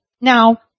Now